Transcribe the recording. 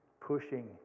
pushing